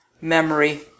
memory